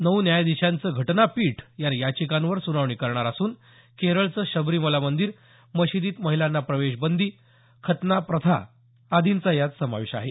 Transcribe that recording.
नऊ न्यायाधीशांचं घटनापीठ या याचिकांवर सुनावणी करणार असून केरळचं शबरीमला मंदिर मशिदीत महिलांना प्रवेश बंदी खतना प्रथा आदींचा यात समावेश आहे